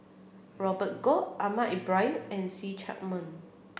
Robert Goh Ahmad Ibrahim and See Chak Mun